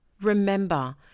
Remember